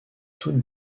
toutes